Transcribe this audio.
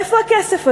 איפה הכסף הזה?